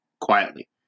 quietly